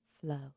flow